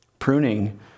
Pruning